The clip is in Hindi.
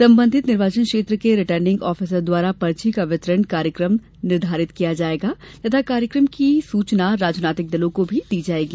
सम्बन्धित निर्वाचन क्षेत्र के रिटर्निंग ऑफिसर द्वारा पर्ची का वितरण कार्यक्रम निर्धारित किया जाएगा तथा कार्यक्रम की सूचना राजनैतिक दलों को भी दी जाएगी